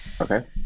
okay